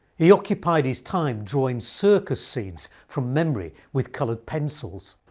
he occupied his time drawing circus scenes from memory with coloured pencils.